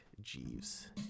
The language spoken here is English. Jeeves